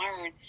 learn